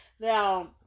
Now